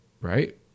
right